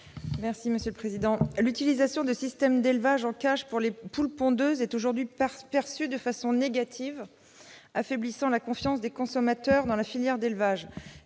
L'utilisation de systèmes d'élevage en cage pour les poules pondeuses est aujourd'hui perçue de façon négative, affaiblissant la confiance des consommateurs dans les filières d'élevage